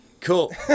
Cool